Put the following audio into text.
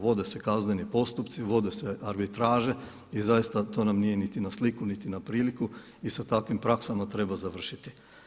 Vode se kazneni postupci, vode se arbitraže i zaista to nam nije niti na sliku niti na priliku i sa takvim praksama treba završiti.